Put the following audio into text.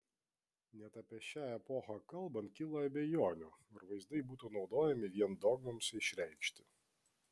net apie šią epochą kalbant kyla abejonių ar vaizdai būtų naudojami vien dogmoms išreikšti